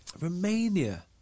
Romania